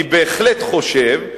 אני בהחלט חושב,